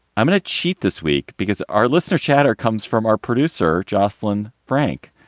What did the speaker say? i'm going to cheat this week because our listener chatter comes from our producer, joslyn frank,